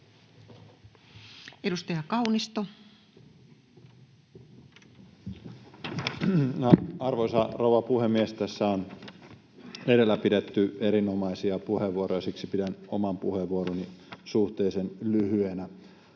Content: Arvoisa rouva puhemies! Tässä on edellä pidetty erinomaisia puheenvuoroja. Siksi pidän oman puheenvuoroni suhteellisen lyhyenä.